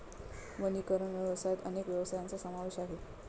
वनीकरण व्यवसायात अनेक व्यवसायांचा समावेश आहे